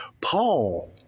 Paul